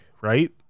right